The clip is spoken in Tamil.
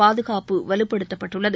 பாதுகாப்பு வலுப்படுத்தப்பட்டுள்ளது